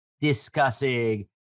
discussing